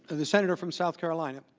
the senator from south carolina.